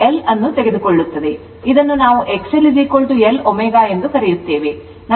ಆದ್ದರಿಂದಇದನ್ನು ನಾವು XLLω ಎಂದು ಕರೆಯುತ್ತೇವೆ